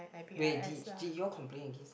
wait did did you all complain against